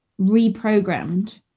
reprogrammed